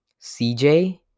CJ